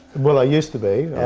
well i use to be.